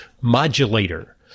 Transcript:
modulator